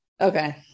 Okay